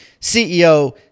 CEO